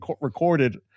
recorded